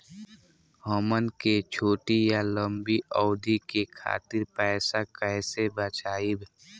हमन के छोटी या लंबी अवधि के खातिर पैसा कैसे बचाइब?